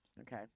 Okay